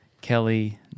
Kelly